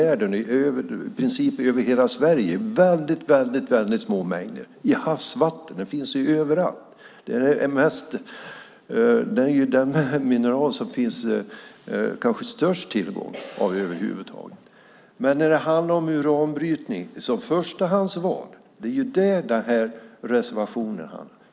Uran finns i berggrunden över hela Sverige, över hela världen, i väldigt små mängder, i havsvatten, överallt. Det är det mineral som det kanske finns störst tillgång till över huvud taget. Det är förstahandsvalet som reservationen handlar om.